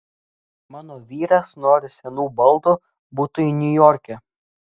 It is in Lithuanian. mano vyras nori senų baldų butui niujorke